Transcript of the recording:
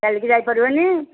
ଚାଲିକି ଯାଇପାରିବନି